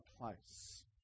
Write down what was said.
place